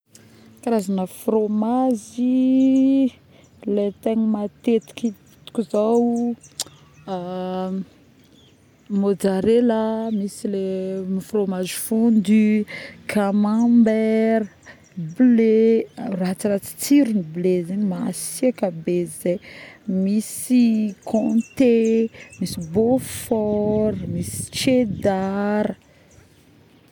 Karazagna fromage.yy le tegna matetiky - itako zao mozzarella misy le fromage fondu, camembert, blé ratsiratsy tsiro ny blé zegny masika be zay misy conté, misy beaufort, misy cheddar